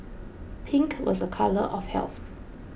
pink was a colour of health